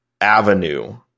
avenue